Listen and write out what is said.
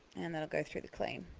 and that'll go through the clean.